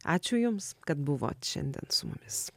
ačiū jums kad buvot šiandien su mumis